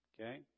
okay